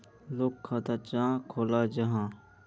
लोग खाता चाँ खोलो जाहा?